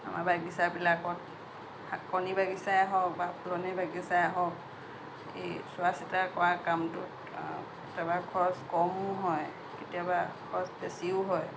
আমাৰ বাগিচাবিলাকত শাকনি বাগিচাই হওক বা ফুলনি বাগিচাই হওক এই চোৱা চিতা কৰা কামটোত কেতিয়াবা খৰচ কমো হয় কেতিয়াবা খৰচ বেছিও হয়